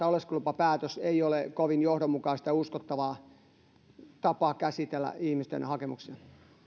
oleskelulupapäätös ei ole kovin johdonmukainen ja uskottava tapa käsitellä ihmisten hakemuksia